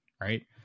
Right